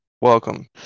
Welcome